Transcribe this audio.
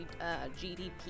GDP